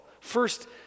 First